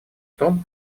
том